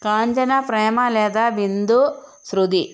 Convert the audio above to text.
Kanchana Prema Latha Bindu Shruti